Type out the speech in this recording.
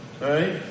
Right